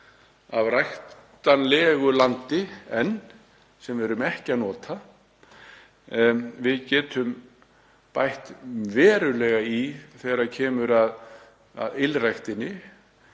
af ræktanlegu landi sem við erum ekki að nota. Við getum bætt verulega í þegar kemur að ylræktinni,